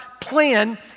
plan